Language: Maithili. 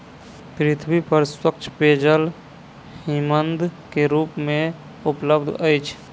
पृथ्वी पर स्वच्छ पेयजल हिमनद के रूप में उपलब्ध अछि